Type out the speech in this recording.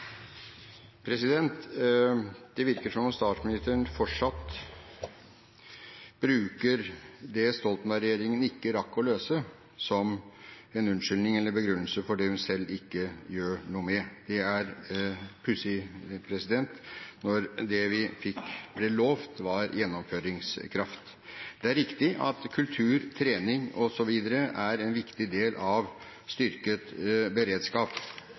Det virker som om statsministeren fortsatt bruker det Stoltenberg-regjeringen ikke rakk å løse, som en unnskyldning eller begrunnelse for det hun selv ikke gjør noe med. Det er pussig, når det vi ble lovet, var gjennomføringskraft. Det er riktig at kultur, trening osv. er en viktig del av styrket beredskap.